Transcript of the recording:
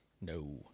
No